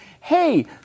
Hey